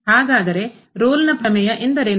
ಹಾಗಾದರೆ ರೋಲ್ನ ಪ್ರಮೇಯ ಎಂದರೇನು